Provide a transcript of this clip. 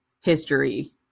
history